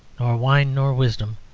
nor wine nor wisdom,